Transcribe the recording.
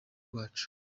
rwacu